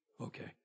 Okay